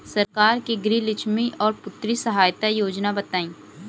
सरकार के गृहलक्ष्मी और पुत्री यहायता योजना बताईं?